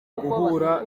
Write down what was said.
guhura